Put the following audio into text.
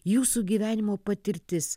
jūsų gyvenimo patirtis